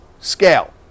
scale